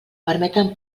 permeten